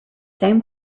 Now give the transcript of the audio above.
same